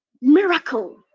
miracle